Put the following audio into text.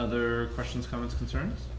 other questions comments concerns